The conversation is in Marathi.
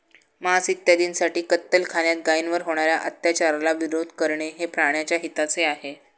मांस इत्यादींसाठी कत्तलखान्यात गायींवर होणार्या अत्याचाराला विरोध करणे हे प्राण्याच्या हिताचे आहे